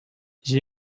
j’ai